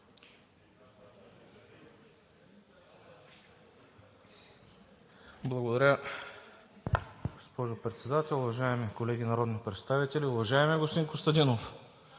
Благодаря, госпожо Председател. Уважаеми колеги народни представители! Уважаеми господин Костадинов,